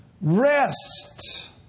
Rest